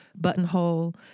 buttonhole